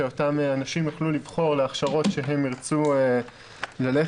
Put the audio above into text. שאותם אנשים יוכלו לבחור להכשרות שהם ירצו ללכת